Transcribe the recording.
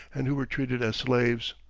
and who were treated as slaves.